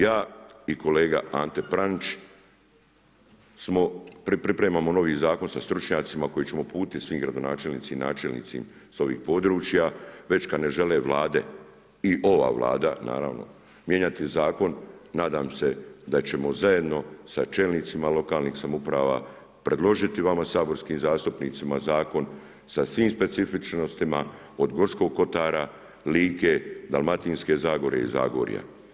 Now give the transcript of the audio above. Ja i kolega Ante Pranić pripremamo novi zakon sa stručnjacima koji ćemo uputiti svim gradonačelnicima i načelnicima sa ovih područja već kad ne žele Vlade i ova Vlada naravno mijenjati zakon, nadam se da ćemo zajedno sa čelnicima lokalnih samouprava predložiti vama saborskim zastupnicima zakon sasvim specifičnostima od Gorskog kotara, Like, Dalmatinske zagore i Zagorja.